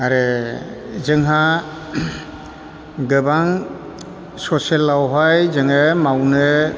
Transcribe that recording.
आरो जोंहा गोबां ससेलावहाय जोङो मावनो